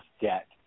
debt